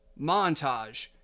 Montage